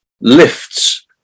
lifts